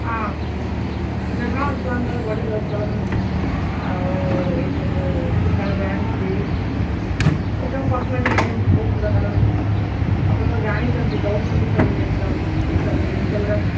ହଁ ନା ହଁ ଛୁଆଙ୍କର ବଡି ଲୋସନ୍ ଆଉ ଏଇସବୁ ହେୟାର୍ ବ୍ୟାଣ୍ଡ୍ କ୍ଲିପ୍ ଏସବୁ କସମେଟିକ୍ ଜିନିଷ ବହୁତ ପ୍ରକାର ଆପଣ ତ ଜାଣିଛନ୍ତି ଦେଉଛନ୍ତି ସବୁ ଜିନିଷ ଏଇସବୁ ଜିନିଷଗୁଡ଼ାକ